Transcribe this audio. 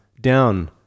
Down